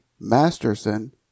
Masterson